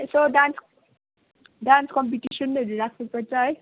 यसो dance dance कम्पिटिसनहरू राख्नु पर्छ है